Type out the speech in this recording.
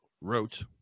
wrote